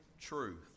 truth